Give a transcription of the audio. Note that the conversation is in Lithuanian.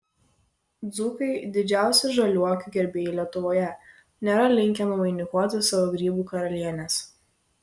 dzūkai didžiausi žaliuokių gerbėjai lietuvoje nėra linkę nuvainikuoti savo grybų karalienės